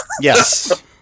yes